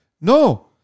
No